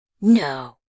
No